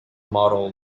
model